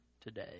today